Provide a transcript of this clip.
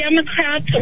Democrats